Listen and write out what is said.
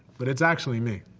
but it's actually me.